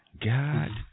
God